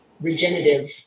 regenerative